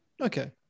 Okay